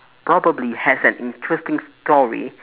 probably has an interesting story